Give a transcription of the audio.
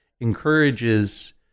encourages